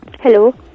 Hello